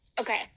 Okay